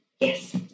Yes